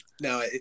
no